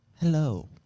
Hello